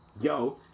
Yo